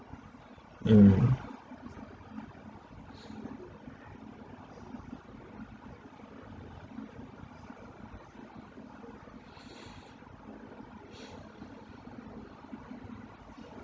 mmhmm